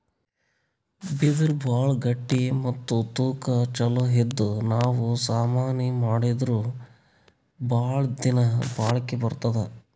ಬಿದಿರ್ ಭಾಳ್ ಗಟ್ಟಿ ಮತ್ತ್ ತೂಕಾ ಛಲೋ ಇದ್ದು ನಾವ್ ಸಾಮಾನಿ ಮಾಡಿದ್ರು ಭಾಳ್ ದಿನಾ ಬಾಳ್ಕಿ ಬರ್ತದ್